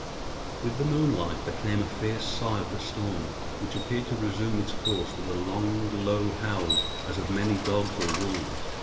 with the moonlight there came a fierce sigh of the storm, which appeared to resume its course with a long, low howl, as of many dogs or wolves.